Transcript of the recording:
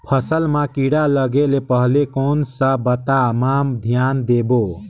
फसल मां किड़ा लगे ले पहले कोन सा बाता मां धियान देबो?